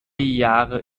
jahre